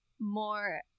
more